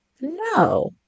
no